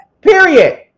Period